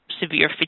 severe